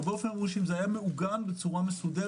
הרבה רופאים אמרו שאם זה היה מעוגן בצורה מסודרת,